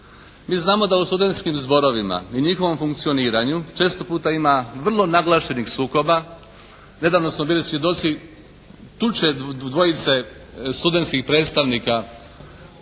Mi znamo da u studentskim zborovima i njihovom funkcioniranju često puta ima vrlo naglašenih sukoba. Nedavno smo bili svjedoci tuče dvojice studentskih predstavnika